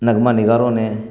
نغمہ نگاروں نے